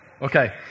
Okay